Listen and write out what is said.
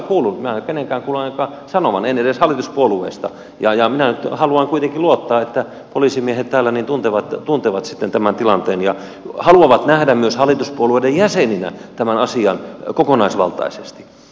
minä en ole kenenkään kuullut ainakaan sanovan en edes hallituspuolueista ja minä haluan kuitenkin luottaa että poliisimiehet täällä tuntevat tämän tilanteen ja haluavat nähdä myös hallituspuolueiden jäseninä tämän asian kokonaisvaltaisesti